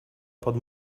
pot